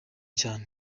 cyane